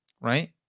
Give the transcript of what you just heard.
right